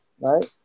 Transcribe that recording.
Right